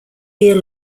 year